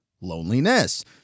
loneliness